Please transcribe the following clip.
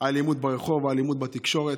האלימות ברחוב, האלימות בתקשורת.